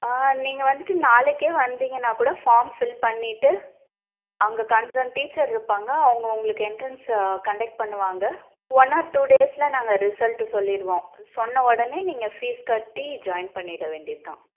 ஆ நீங்கள் வந்துட்டு நாளைக்கே வந்தீங்கன்னா கூட ஃபாம் ஃபில் பண்ணிட்டு அங்கே கன்சர்ன் டீச்சர் இருப்பாங்கள் அவங்க உங்களுக்கு எண்ட்ரன்ஸ் கண்டக்ட் பண்ணுவாங்க ஒன் ஆர் டூ டேஸில் நாங்கள் ரிசல்டு சொல்லிடுவோம் சொன்ன உடனே நீங்கள் ஃபீஸ் கட்டி ஜாயின் பண்ணிட வேண்டியது தான்